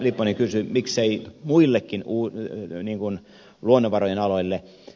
lipponen kysyi miksei muillekin luonnonvarojen aloille